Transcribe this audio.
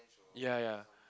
ya ya